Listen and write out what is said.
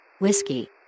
Whiskey